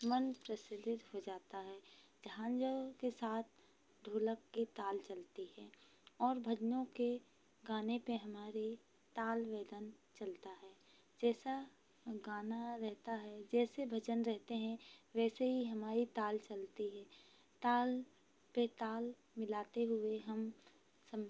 मन प्रफुल्लित हो जाता है की जब के साथ ढोलक के ताल चलती है और भजनों के गाने पर हमारे ताल वेदन चलता है जैसा अ गाना रहता है जैसे भजन रहते हैं वैसे ही हमारी ताल चलती है ताल पर ताल मिलाते हुए हम सम